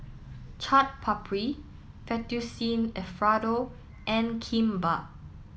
Chaat Papri Fettuccine Alfredo and Kimbap